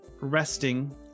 resting